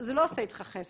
עושה אתך חסד.